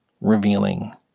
revealing